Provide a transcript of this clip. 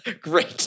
Great